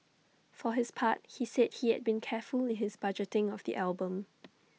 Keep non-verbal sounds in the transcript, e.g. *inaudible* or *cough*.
for his part he said he had been careful in his budgeting of the album *noise*